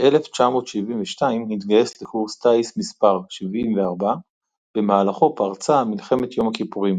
ב-1972 התגייס לקורס טיס מס' 74 במהלכו פרצה מלחמת יום הכיפורים.